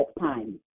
time